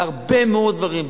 בהרבה מאוד דברים,